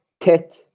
tet